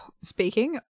speaking